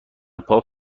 پاپ